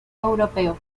europeos